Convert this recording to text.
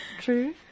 True